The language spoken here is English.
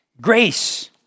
Grace